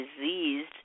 diseased